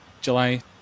July